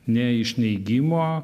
ne iš neigimo